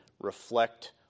reflect